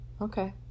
Okay